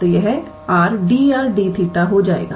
तो यह 𝑟𝑑𝑟𝑑𝜃 हो जाएगा